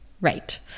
right